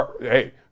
Hey